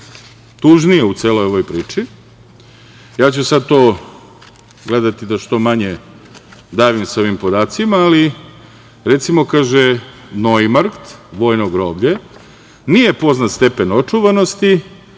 tužnije u celoj ovoj priči, ja ću sad to gledati da što manje davim sa ovim podacima, ali recimo, Nojmarkt, vojno groblje, nije poznat stepen očuvanosti.